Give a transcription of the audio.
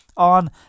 On